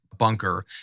Bunker